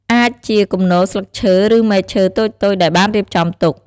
អាចជាគំនរស្លឹកឈើ ឬមែកឈើតូចៗដែលបានរៀបចំទុក។